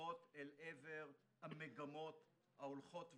פקוחות אל עבר המגמות ההולכות וגדלות.